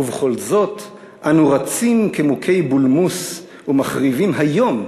ובכל זאת אנו רצים כמוכי בולמוס ומחריבים היום,